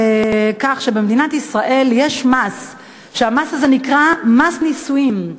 במדינת ישראל יש מס שנקרא "מס נישואים".